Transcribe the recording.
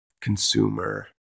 consumer